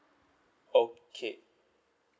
okay